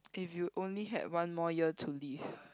if you only had one more year to live